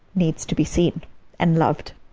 needs to be seen and loved.